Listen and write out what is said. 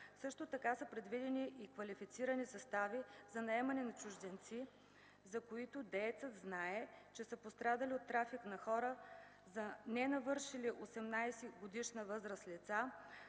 Също така са предвидени и квалифицирани състави за наемане на чужденци, за които деецът знае, че са пострадали от трафик на хора, за ненавършили 18 годишна възраст лица,